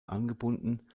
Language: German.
angebunden